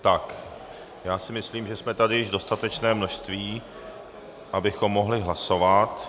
Tak, já si myslím, že jsme tady již v dostatečném množství, abychom mohli hlasovat.